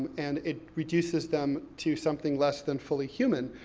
and it reduces them to something less than fully human.